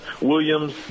Williams